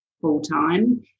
full-time